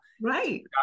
right